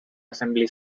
assembly